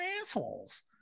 assholes